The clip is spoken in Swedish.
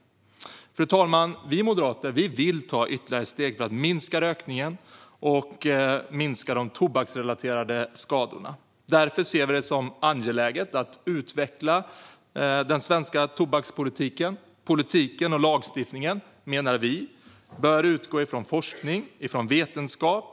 Fru talman! Vi moderater vill ta ytterligare steg för att minska rökningen och de tobaksrelaterade skadorna. Därför ser vi det som angeläget att utveckla den svenska tobakspolitiken. Politiken och lagstiftningen, menar vi, bör utgå ifrån forskning och vetenskap.